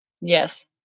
Yes